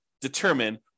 determine